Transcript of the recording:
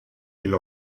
n’en